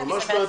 זה ממש מעצבן.